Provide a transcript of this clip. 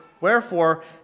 Wherefore